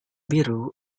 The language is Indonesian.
biru